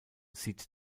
sieht